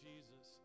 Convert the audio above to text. Jesus